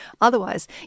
Otherwise